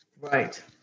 right